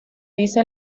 dice